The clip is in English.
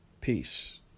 Peace